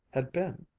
had been.